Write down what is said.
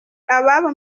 ababo